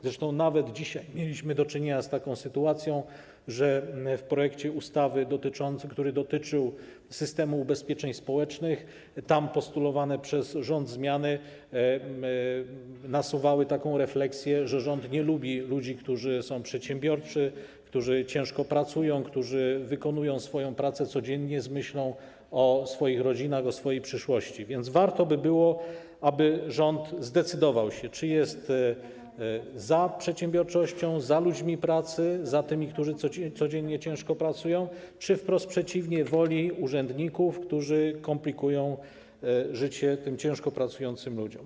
Zresztą nawet dzisiaj mieliśmy do czynienia z taką sytuacją, że w projekcie ustawy, który dotyczył systemu ubezpieczeń społecznych, postulowane tam przez rząd zmiany nasuwały refleksję, że rząd nie lubi ludzi, którzy są przedsiębiorczy, którzy ciężko pracują, którzy wykonują swoją pracę codziennie z myślą o swoich rodzinach, o swojej przyszłości, więc warto by było, aby zdecydował, czy jest za przedsiębiorczością, za ludźmi pracy, za tymi, którzy codziennie ciężko pracują, czy wprost przeciwnie - woli urzędników, którzy komplikują życie tym ciężko pracującym ludziom.